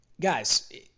guys